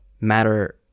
matter